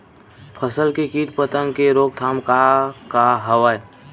फसल के कीट पतंग के रोकथाम का का हवय?